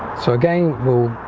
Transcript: so again we'll